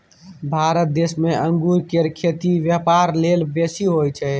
भारत देश में अंगूर केर खेती ब्यापार लेल बेसी होई छै